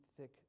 thick